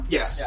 Yes